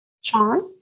sean